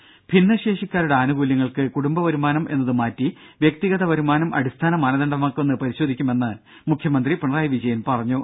ദേദ ഭിന്നശേഷിക്കാരുടെ ആനുകൂല്യങ്ങൾക്ക് കുടുംബ വരുമാനം എന്നത് മാറ്റി വ്യക്തിഗത വരുമാനം അടിസ്ഥാന മാനദണ്ഡമാക്കുന്നത് പരിശോധിക്കുമെന്ന് മുഖ്യമന്ത്രി പിണറായി വിജയൻ പറഞ്ഞു